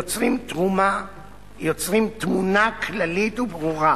יוצרות תמונה כללית וברורה